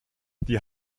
die